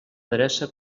adreça